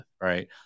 right